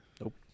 nope